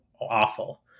awful